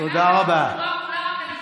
והמדינה הייתה סגורה כולה, תודה רבה.